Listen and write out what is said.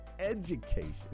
education